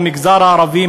במגזר הערבי,